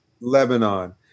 Lebanon